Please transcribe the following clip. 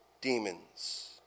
Demons